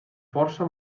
força